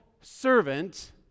servant